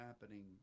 happening